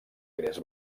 gres